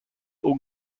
aux